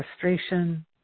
frustration